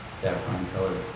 saffron-colored